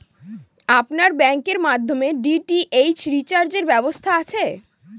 আপনার ব্যাংকের মাধ্যমে ডি.টি.এইচ রিচার্জের ব্যবস্থা আছে?